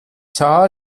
چهار